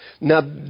Now